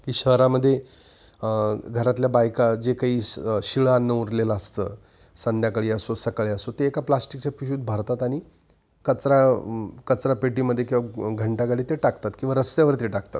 की शहरामध्ये घरातल्या बायका जे काही शिळान्न उरलेलं असतं संध्याकाळी असो सकाळी असो ते एका प्लास्टिकच्या पिशवीत भरतात आणि कचरा कचरापेटीमध्ये किंवा घंटागाडीत ते टाकतात किंवा रस्त्यावर ते टाकतात